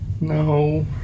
No